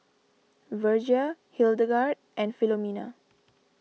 Virgia Hildegard and Filomena